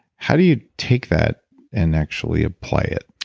how do you take that and actually apply it?